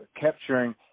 capturing